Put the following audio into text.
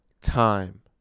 time